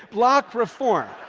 block reform.